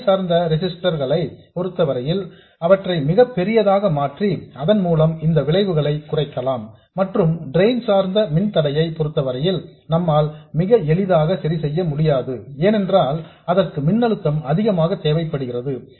gate ஐ சார்ந்த resistors களை பொருத்தவரையில் அவற்றை மிகப்பெரியதாக மாற்றி அதன்மூலம் இந்த விளைவுகளை குறைக்கலாம் மற்றும் டிரெயின் சார்ந்த மின்தடையை பொறுத்தவரையில் நம்மால் மிக எளிதாக சரி செய்ய முடியாது ஏனென்றால் அதற்கு மின்னழுத்தம் அதிகமாக தேவைப்படுகிறது